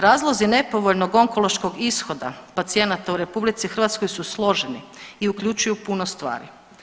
Razlozi nepovoljnog onkološkog ishoda pacijenata u RH su složeni i uključuju puno stvari.